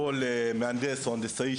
כל מהנדס או הנדסאי,